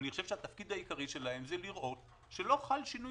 התפקיד העיקרי שלהם הוא לראות שלא חל שינוי